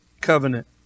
covenant